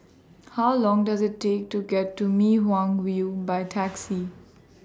How Long Does IT Take to get to Mei Hwan View By Taxi